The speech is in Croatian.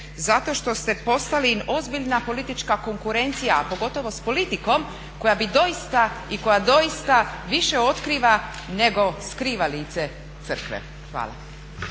zato što ste postali im ozbiljna politička konkurencija a pogotovo s politikom koja bi doista i koja doista više otkriva nego skriva lice crkve. Hvala.